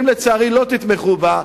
אם לצערי לא תתמכו בה,